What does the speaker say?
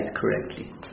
correctly